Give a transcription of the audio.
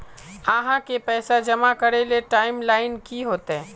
आहाँ के पैसा जमा करे ले टाइम लाइन की होते?